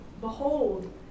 Behold